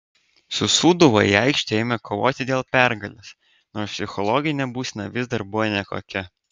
su sūduva į aikštę ėjome kovoti dėl pergalės nors psichologinė būsena vis dar buvo nekokia